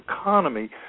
economy